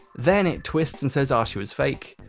then it twists and says ah she was fake,